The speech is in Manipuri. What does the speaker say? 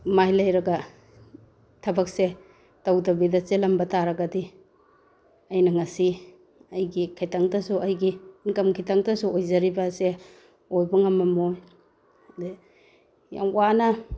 ꯃꯥꯏ ꯂꯩꯔꯒ ꯊꯕꯛꯁꯦ ꯇꯧꯗꯕꯤꯗ ꯆꯦꯜꯂꯝꯕ ꯇꯥꯔꯒꯗꯤ ꯑꯩꯅ ꯉꯁꯤ ꯑꯩꯒꯤ ꯈꯤꯇꯪꯇꯁꯨ ꯑꯩꯒꯤ ꯏꯟꯀꯝ ꯈꯤꯇꯪꯇꯁꯨ ꯑꯣꯏꯖꯔꯤꯕ ꯑꯁꯦ ꯑꯣꯏꯕ ꯉꯝꯂꯝꯃꯣꯏ ꯌꯥꯝ ꯋꯥꯅ